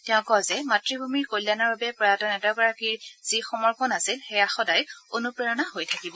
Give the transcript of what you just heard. তেওঁ কয় যে মাতৃভূমিৰ উন্নয়নৰ বাবে কল্যাণৰ বাবে প্ৰয়াত নেতাগৰাকীৰ যি সমৰ্পণ আছিল সেয়া সদায় অনুপ্ৰেৰণা হৈ থাকিব